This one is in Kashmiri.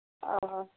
آ